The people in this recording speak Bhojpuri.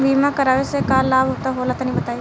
बीमा करावे से का लाभ होला तनि बताई?